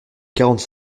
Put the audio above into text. quarante